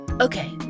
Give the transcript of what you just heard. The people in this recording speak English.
Okay